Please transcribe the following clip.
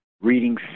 reading